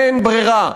אין ברירה.